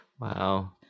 Wow